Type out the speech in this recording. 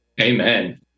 Amen